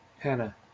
Hannah